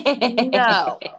no